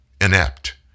inept